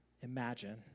imagine